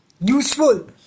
useful